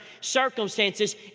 circumstances